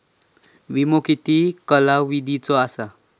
विमो किती कालावधीचो असता?